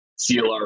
CLR